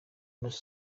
nous